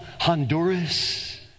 honduras